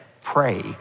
pray